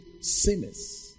sinners